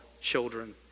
children